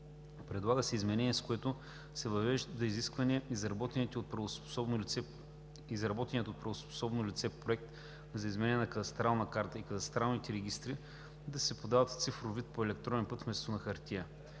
Предлага се изменение, с което се въвежда изискване изработеният от правоспособното лице проект за изменение на кадастралната карта и кадастралните регистри да се подава в цифров вид по електронен път вместо на хартия.